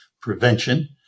Prevention